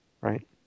right